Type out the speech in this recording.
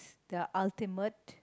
the ultimate